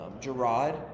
Gerard